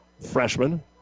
freshman